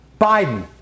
Biden